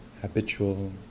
habitual